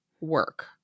work